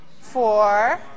four